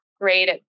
great